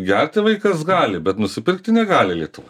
gerti vaikas gali bet nusipirkti negali lietuvoj